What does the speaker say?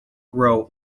grow